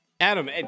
Adam